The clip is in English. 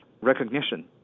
recognition